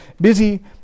busy